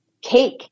cake